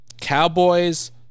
Cowboys